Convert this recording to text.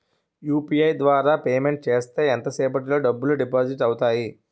UPI ద్వారా payment చేస్తే ఎంత సేపటిలో డబ్బులు డిపాజిట్ అవుతాయి?